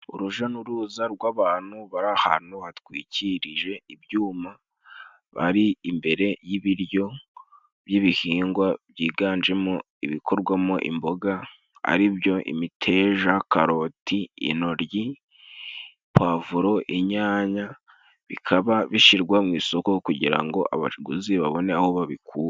Urujya n'uruza rw'abantu bari ahantu hatwikirije ibyuma. Bari imbere y'ibiryo by'ibihingwa byiganjemo ibikorwamo imboga, aribyo, imiteja, karoti, intoryi pwavuro, inyanya. Bikaba bishyirwa mu isoko kugira ngo abaguzi babone aho babikura.